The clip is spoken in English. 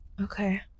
Okay